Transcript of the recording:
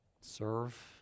serve